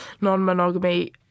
non-monogamy